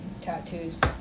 tattoos